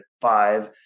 five